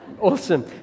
Awesome